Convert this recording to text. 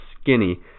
skinny